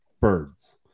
birds